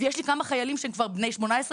ויש לי כמה חיילים שהם כבר בני 18,